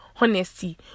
honesty